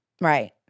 Right